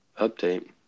update